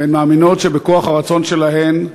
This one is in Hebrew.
הן מאמינות שבכוח הרצון שלהן,